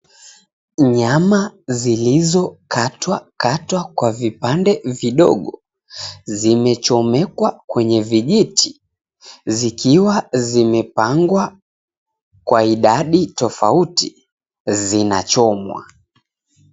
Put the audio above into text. Nyama zilizokatwakatwa kwa vipande vidogo, zimechomekwa kwenye vijiti, zikiwa zimepangwa kwa idadi tofauti zinachomwa.